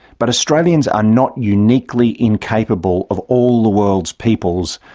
but australians are not uniquely incapable, of all the world's peoples,